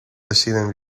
deciden